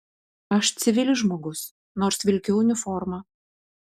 aš civilis žmogus nors vilkiu uniformą